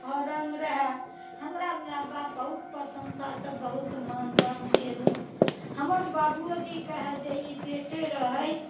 छओ रंग रहै हमरा माय बाप बहुत प्रशंसा से बहुत मान दान केलक हमर बाबूओजी कहै जे ई बेटे रहैत